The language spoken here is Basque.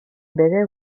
bere